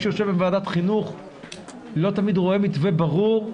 שיושב בוועדת חינוך לא תמיד רואה מתווה ברור,